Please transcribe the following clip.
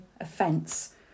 offence